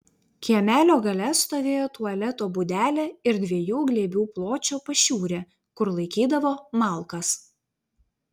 kiemelio gale stovėjo tualeto būdelė ir dviejų glėbių pločio pašiūrė kur laikydavo malkas